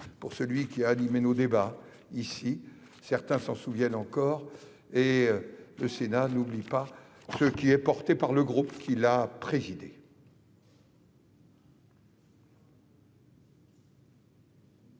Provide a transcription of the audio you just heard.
pour celui qui a animé nos débats- certains s'en souviennent encore. Le Sénat n'oublie pas ce qui est porté par le groupe qu'il a présidé.